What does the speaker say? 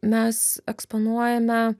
mes eksponuojame